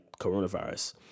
coronavirus